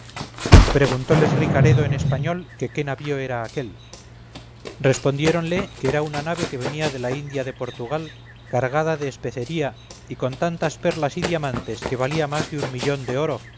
preguntóles ricaredo en español que qué navío era aquél respondiéronle que era una nave que venía de la india de portugal cargada de especería y con tantas perlas y diamantes que valía más de un millón de oro